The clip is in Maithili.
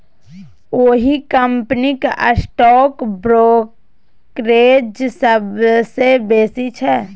ओहि कंपनीक स्टॉक ब्रोकरेज सबसँ बेसी छै